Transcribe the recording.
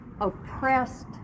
oppressed